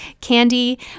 Candy